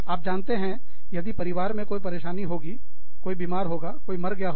आप जानते हैंयदि परिवार में कोई परेशानी होगी कोई बीमार होगा कोई मर गया होगा